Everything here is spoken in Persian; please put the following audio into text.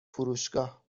فروشگاه